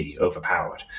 overpowered